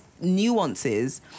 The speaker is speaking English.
nuances